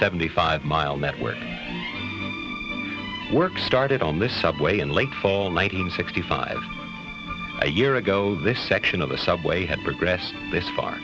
seventy five mile network work started on this subway in late fall nine hundred sixty five a year ago this section of the subway had progressed this far